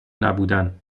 نبودن